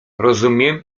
rozumiem